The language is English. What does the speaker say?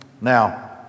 Now